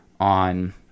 on